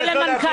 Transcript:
כולנו.